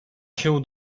się